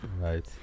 Right